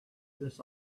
this